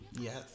Yes